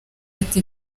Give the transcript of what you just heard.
ati